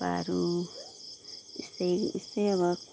थुक्पाहरू यस्तै यस्तै अब